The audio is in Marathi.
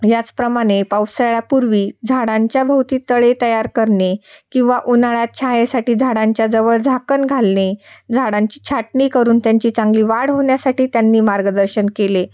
याचप्रमाणे पावसाळ्यापूर्वी झाडांच्याभोवती तळे तयार करणे किंवा उन्हाळ्यात छायेसाठी झाडांच्या जवळ झाकण घालणे झाडांची छाटणी करून त्यांची चांगली वाढ होण्यासाठी त्यांनी मार्गदर्शन केले